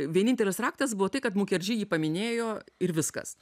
vienintelis raktas buvo tai kad mukerdži jį paminėjo ir viskas